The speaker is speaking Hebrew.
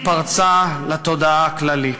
היא פרצה לתודעה הכללית.